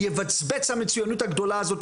תבצבץ המצוינות הגדולה הזאת,